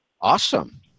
Awesome